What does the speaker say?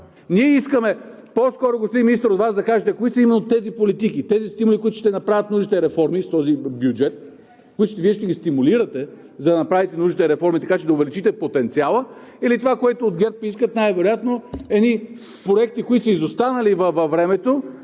Ние искаме по-скоро, господин Министър, от Вас да кажете кои са именно тези политики, тези стимули, които ще направят нужните реформи с този бюджет, които Вие ще ги стимулирате, за да направите нужните реформи, така че да увеличите потенциала, или това, което от ГЕРБ искат най-вероятно, едни проекти, които са изостанали във времето